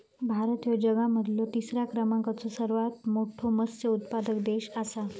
भारत ह्यो जगा मधलो तिसरा क्रमांकाचो सर्वात मोठा मत्स्य उत्पादक देश आसा